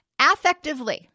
Affectively